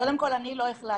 קודם כל, אני לא החלטתי.